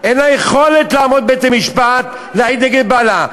אין לה יכולת לעמוד בבית-המשפט להעיד נגד בעלה.